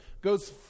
goes